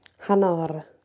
Hanar